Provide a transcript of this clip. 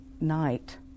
night